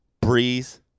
Breeze